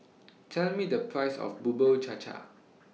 Tell Me The Price of Bubur Cha Cha